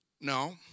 No